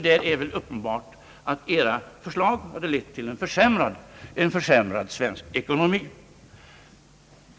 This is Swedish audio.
Det är väl uppenbart att edra förslag hade lett till en försämrad svensk ekonomi.